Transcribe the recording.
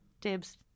Dibs